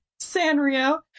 Sanrio